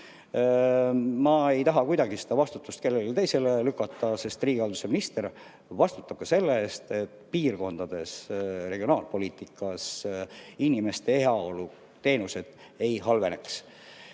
Ma ei taha kuidagi vastutust kellelegi teisele lükata, sest riigihalduse minister vastutab ka selle eest, et piirkondades, regionaalpoliitikas inimeste heaolu ja teenused ei halveneks.